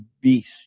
beast